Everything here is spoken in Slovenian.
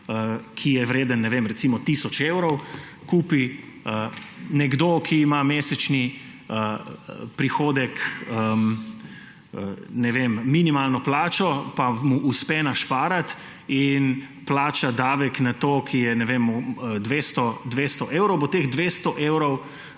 ki je vreden, recimo, tisoč evrov, kupi nekdo, ki ima mesečni prihodek minimalno plačo pa mu uspe našparati in plača davek na to, ki je 200 evrov, bo teh 200 evrov